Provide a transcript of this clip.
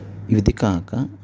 ఇది కాక